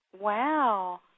Wow